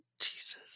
Jesus